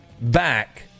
back